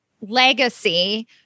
legacy